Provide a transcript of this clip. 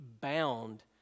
bound